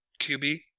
QB